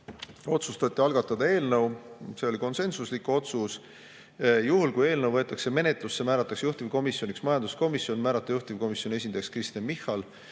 Otsustati algatada eelnõu, see oli konsensuslik otsus. Juhuks kui eelnõu võetakse menetlusse ja määratakse juhtivkomisjoniks majanduskomisjon, [otsustati] määrata juhtivkomisjoni esindajaks Kristen Michal.